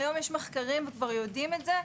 היום יש מחקרים וכבר יודעים את זה,